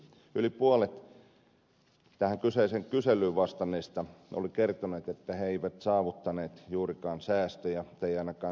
yli puolet kyseiseen kyselyyn vastanneista oli kertonut että he eivät saavuttaneet juurikaan säästöjä tai niitä ei ainakaan ollut tiedossa